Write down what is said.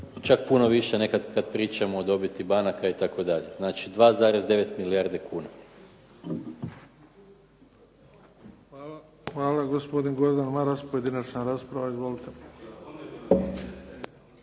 čak puno više nekad kad pričamo o dobiti banaka itd. Znači, 2,9 milijardi kuna.